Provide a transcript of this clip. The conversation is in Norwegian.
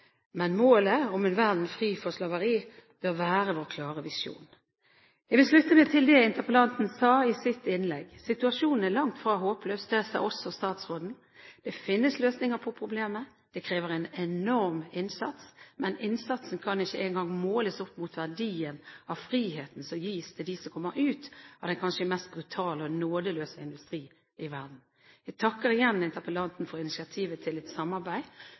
men målet om en verden fri for slaveri bør være vår klare visjon. Jeg vil slutte meg til det interpellanten sa i sitt innlegg. Situasjonen er langt fra håpløs. Det sa også statsråden. Det finnes løsninger på problemet. Det krever en enorm innsats, men innsatsen kan ikke engang måles opp mot verdien av friheten som gis til dem som kommer ut av den kanskje mest brutale og nådeløse industrien i verden. Jeg takker igjen interpellanten for initiativet til et samarbeid